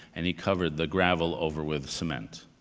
and he covered the gravel over with cement.